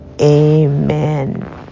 Amen